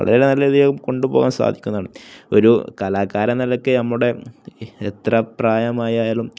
വളരെ നല്ല രീതിയിൽ കൊണ്ടു പോകാൻ സാധിക്കുന്നതാണ് ഒരു കലാകാരൻ എന്ന നിലയ്ക്ക് നമ്മുടെ എത്ര പ്രായമായാലും